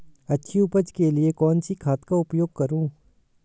अच्छी उपज के लिए कौनसी खाद का उपयोग करूं?